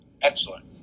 Excellent